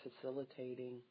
facilitating